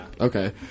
Okay